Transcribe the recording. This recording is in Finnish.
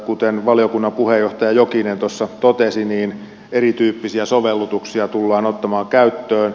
kuten valiokunnan puheenjohtaja jokinen tuossa totesi niin erityyppisiä sovellutuksia tullaan ottamaan käyttöön